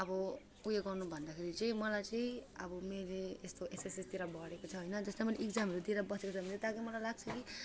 अब ऊ यो गर्नुभन्दाखेरि चाहिँ मलाई चाहिँ अब मेबी यस्तो एसएससीतिर भरेको छ होइन जस्तो मैले एक्जामहरू दिएर बसेको छ भने त अब मलाई लाग्छ कि